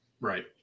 right